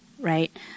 right